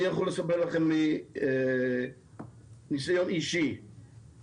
אני יכול לספר לכם מניסיון אישי שבלי